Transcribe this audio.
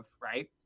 right –